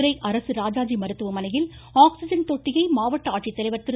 மதுரை அரசு ராஜாஜி மருத்துவமனையில் ஆக்ஸிஜன் தொட்டியை மாவட்ட ஆட்சித்தலைவர் திரு